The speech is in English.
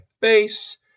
face